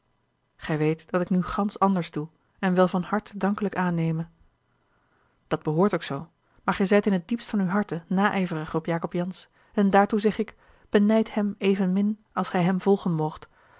gij weet dat ik nu gansch anders doe en wel van harte dankelijk aanneme dat behoort ook zoo maar gij zijt in t diepst van uw harte a l g bosboom-toussaint de delftsche wonderdokter eel naijverig op jacob jansz en daartoe zeg ik benijd hem evenmin als gij hem volgen moogt